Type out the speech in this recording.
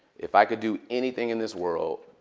if i could do anything in this world,